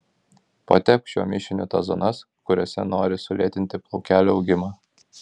patepk šiuo mišiniu tas zonas kuriose nori sulėtinti plaukelių augimą